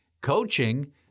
coaching